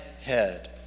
head